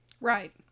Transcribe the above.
Right